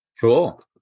Cool